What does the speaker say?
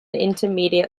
intermediate